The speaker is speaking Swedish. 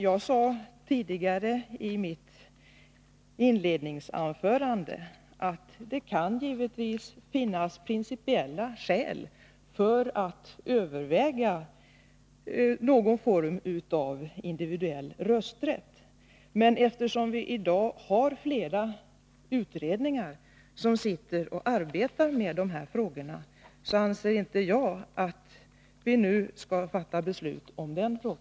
Jag sade tidigare, i mitt inledningsanförande, att det givetvis kan finnas principiella skäl för att överväga någon form av individuell rösträtt, men eftersom i dag flera utredningar arbetar med dessa frågor, anser inte jag att vi nu skall fatta beslut därom.